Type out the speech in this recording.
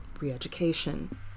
re-education